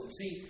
See